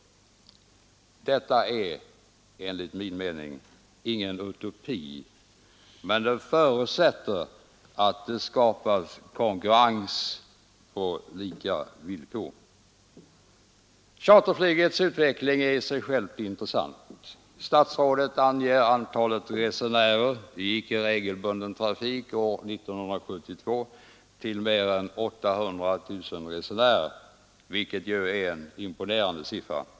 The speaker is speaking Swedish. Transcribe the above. Detta är enligt min mening ingen utopi, men det förutsätter att man skapar konkurrens på lika villkor. Charterflygets utveckling är i sig själv intressant. Statsrådet anger antalet resenärer i icke regelbunden trafik år 1972 till mer än 800 000, vilket ju är en imponerande siffra.